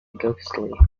ghostly